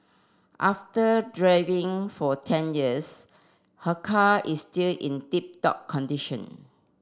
after driving for ten years her car is still in tip top condition